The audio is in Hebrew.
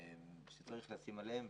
שצריך לשים עליהן.